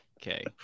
Okay